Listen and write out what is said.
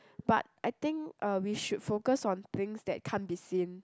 but I think uh we should focus on things that can't be seen